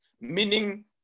Meaning